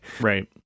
right